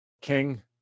King